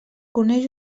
coneix